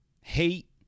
hate